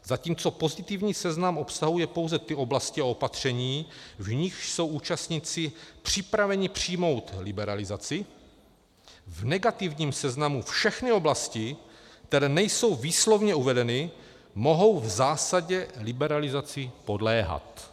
Zatímco pozitivní seznam obsahuje pouze ty oblasti a opatření, v nichž jsou účastníci připraveni přijmout liberalizaci, v negativním seznamu všechny oblasti, které nejsou výslovně uvedeny, mohou v zásadě liberalizaci podléhat.